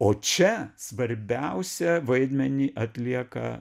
o čia svarbiausią vaidmenį atlieka